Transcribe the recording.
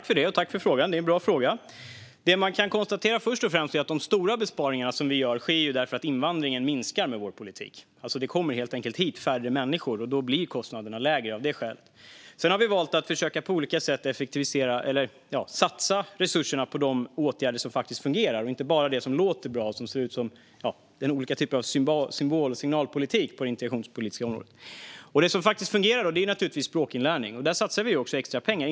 Fru talman! Tack för bra frågor, Gulan Avci! Det man först och främst kan konstatera är att de stora besparingar som vi gör sker för att invandringen minskar med vår politik. Det kommer helt enkelt hit färre människor, och då blir kostnaderna lägre av det skälet. Sedan har vi valt att på olika sätt försöka effektivisera och satsa resurserna på de åtgärder som fungerar och inte bara på det som låter bra i form av olika typer av symbol och signalpolitik på det integrationspolitiska området. Det som faktiskt fungerar är naturligtvis språkinlärning, och där satsar vi också extra pengar.